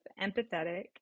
empathetic